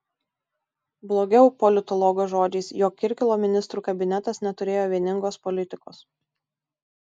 blogiau politologo žodžiais jog kirkilo ministrų kabinetas neturėjo vieningos politikos